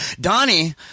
Donnie